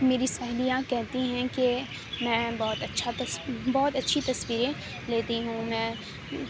میری سہیلیاں کہتی ہیں کہ میں بہت اچھا بہت اچھی تصویریں لیتی ہوں میں